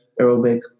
aerobic